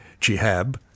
Jihab